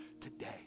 today